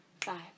five